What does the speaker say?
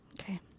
Okay